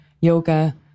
yoga